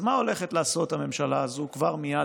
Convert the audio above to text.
אז מה הולכת לעשות הממשלה הזו כבר מייד,